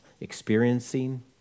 experiencing